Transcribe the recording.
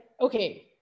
okay